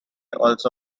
also